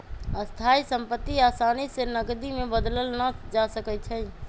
स्थाइ सम्पति असानी से नकदी में बदलल न जा सकइ छै